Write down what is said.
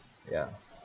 ya